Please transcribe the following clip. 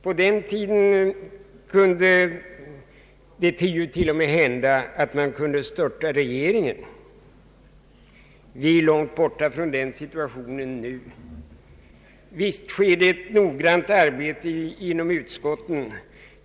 På den tiden hände det till och med att man kunde störta regeringen. Vi är långt borta från den situatio nen nu. Visst sker det ett noggrant arbete inom utskotten.